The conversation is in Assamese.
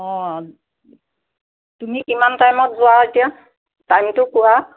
অঁ তুমি কিমান টাইমত যোৱা এতিয়া টাইমতো কোৱা